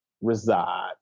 reside